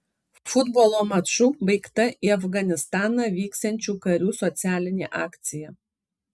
futbolo maču baigta į afganistaną vyksiančių karių socialinė akcija